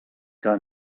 que